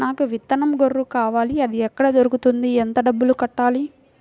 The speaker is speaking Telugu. నాకు విత్తనం గొర్రు కావాలి? అది ఎక్కడ దొరుకుతుంది? ఎంత డబ్బులు కట్టాలి?